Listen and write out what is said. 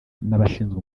n’abashinzwe